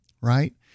Right